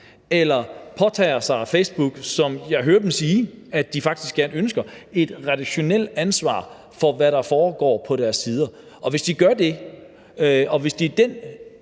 eller påtager Facebook sig, som jeg hører dem sige at de faktisk ønsker, et redaktionelt ansvar for, hvad der foregår på deres sider? Hvis de gør det, og hvis det er den